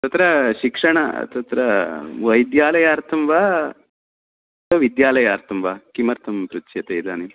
तत्र शिक्षण तत्र वैद्यालयार्थं वा विद्यालयार्थं वा किमर्थं पृच्छ्यते इदानीं